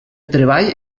treball